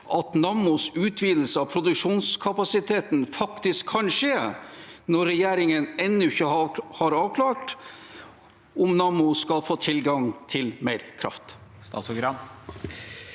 at Nammos utvidelse av produksjonskapasitet faktisk kan skje, når regjeringen ennå ikke har avklart om Nammo skal få tilgang til mer kraft?